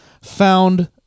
found